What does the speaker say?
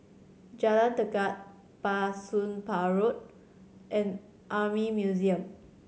Jalan Tekad Bah Soon Pah Road and Army Museum